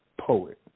poet